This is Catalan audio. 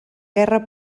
guerra